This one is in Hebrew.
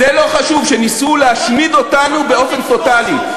זה לא חשוב שניסו להשמיד אותנו באופן טוטלי.